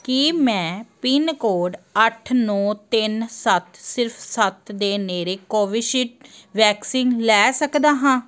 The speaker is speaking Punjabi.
ਕੀ ਮੈਂ ਪਿੰਨ ਕੋਡ ਅੱਠ ਨੌਂ ਤਿੰਨ ਸੱਤ ਸਿਫ਼ਰ ਸੱਤ ਦੇ ਨੇੜੇ ਕੋਵਿਸ਼ਿਲਡ ਵੈਕਸੀਨ ਲੈ ਸਕਦਾ ਹਾਂ